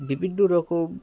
বিভিন্ন রকম